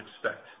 expect